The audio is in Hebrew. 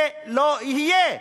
זה לא יהיה.